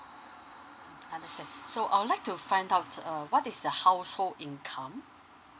understand so I would like to find out uh what is the household income